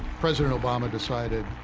president obama decided,